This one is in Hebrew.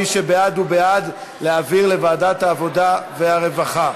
מי שבעד הוא בעד להעביר לוועדת העבודה והרווחה.